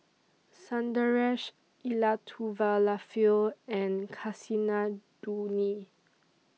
Sundaresh Elattuvalapil and Kasinadhuni